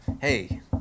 Hey